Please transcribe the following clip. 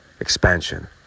expansion